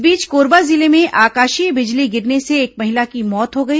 इस बीच कोरबा जिले में आकाशीय बिजली गिरने से एक महिला की मौत हो गई